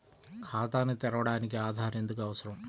ఖాతాను తెరవడానికి ఆధార్ ఎందుకు అవసరం?